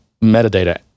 metadata